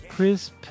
Crisp